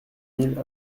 mille